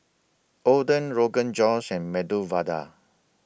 Oden Rogan Josh and Medu Vada